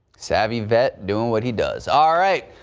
savvy vet doing what he does ah all right.